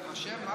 ברוך השם.